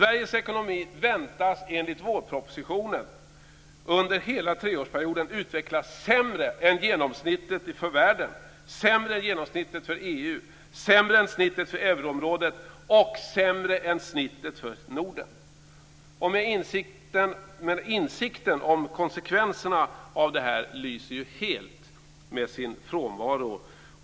Enligt vårpropositionen väntas Sveriges ekonomi under hela treårsperioden utvecklas sämre än genomsnittet för världen, sämre än genomsnittet för EU, sämre än genomsnittet för euroområdet och sämre än genomsnittet för Norden. Men insikten om konsekvenserna av detta lyser ju helt med sin frånvaro.